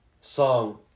song